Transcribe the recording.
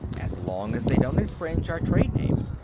as long as they don't infringe our trade-name.